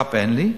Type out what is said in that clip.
שר"פ אין לי,